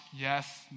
yes